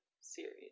series